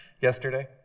yesterday